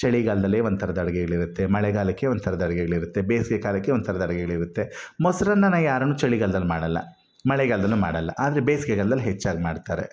ಚಳಿಗಾಲದಲ್ಲಿ ಒಂಥರದ್ ಅಡುಗೆಗಳಿರತ್ತೆ ಮಳೆಗಾಲಕ್ಕೆ ಒಂಥರದ್ ಅಡುಗೆಗಳಿರತ್ತೆ ಬೇಸಿಗೆ ಕಾಲಕ್ಕೆ ಒಂಥರದ್ ಅಡುಗೆಗಳಿರತ್ತೆ ಮೊಸ್ರನ್ನ ಯಾರು ಚಳಿಗಾಲ್ದಲ್ಲಿ ಮಾಡಲ್ಲ ಮಳೆಗಾಲ್ದಲ್ಲೂ ಮಾಡಲ್ಲ ಆದರೆ ಬೇಸಿಗೆಗಾಲ್ದಲ್ಲಿ ಹೆಚ್ಚಾಗಿ ಮಾಡ್ತಾರೆ